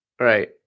Right